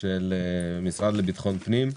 של המשרד לביטחון הפנים.